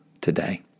today